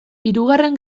hirugarren